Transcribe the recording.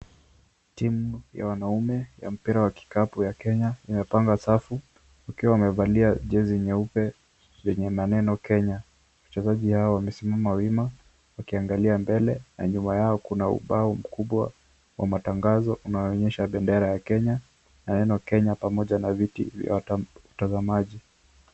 Timu ya wanaume ya mpira wa kikapu ya Kenya wamepanga safu wakiwa wamevalia jezi nyeupe yenye maneno Kenya. Wachezaji hao wamesimama wima wakiangalia mbele na nyuma yao kuna ubao mkubwa wa matangazo unaonyesha bendera ya Kenya na neno Kenya pamoja na viti vya watazamaji.